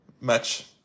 match